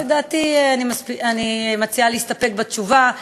לדעתי, אני מציעה להסתפק בתשובה.